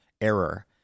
error